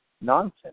nonsense